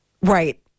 Right